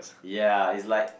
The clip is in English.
yea is like